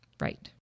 Right